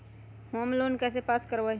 Home loan कैसे pass कर बाबई?